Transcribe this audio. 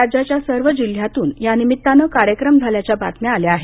राज्याच्या सर्व जिल्ह्यांतून यानिमित्तानं कार्यक्रम झाल्याच्या बातम्या आल्या आहेत